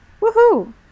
Woohoo